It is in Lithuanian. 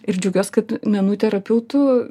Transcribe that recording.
ir džiaugiuos kad menų terapeutų